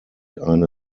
eine